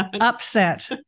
upset